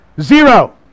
zero